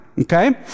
Okay